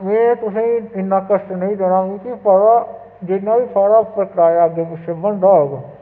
मैं तुसेंगी इन्ना कश्ट नेईं देना मिकी पता जिन्ना बी थुआढ़ा कराया अग्गें पिच्छें बनदा होग